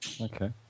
Okay